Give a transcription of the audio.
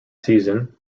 season